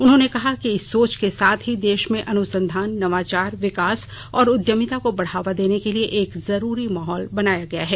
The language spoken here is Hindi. उन्होंने कहा इस सोच के साथ ही देश में अनुसंधान नवाचार विकास और उद्यमिता को बढ़ावा देने के लिए एक जरूरी माहौल बनाया गया है